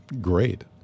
great